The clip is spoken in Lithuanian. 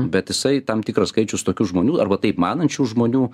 bet jisai tam tikras skaičius tokių žmonių arba taip manančių žmonių